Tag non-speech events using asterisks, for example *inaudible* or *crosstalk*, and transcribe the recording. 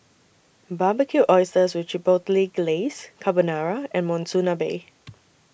Barbecued Oysters with *unintelligible* Glaze Carbonara and Monsunabe